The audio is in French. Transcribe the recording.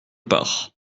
pars